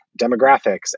demographics